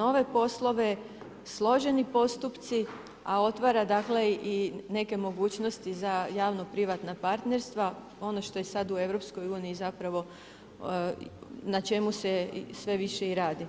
nove poslove, složeni postupci, a otvara i neke mogućnosti za javno-privatna partnerstva, ono što je sad u EU zapravo, na čemu se sve više i radi.